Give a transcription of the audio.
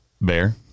Bear